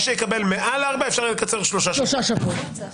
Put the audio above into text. מי שיקבל מעל ארבעה, יהיה אפשר לקצר שלושה שבועות.